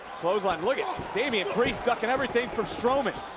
clothesline look at, it's damien priest ducking everything from strowman.